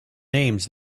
names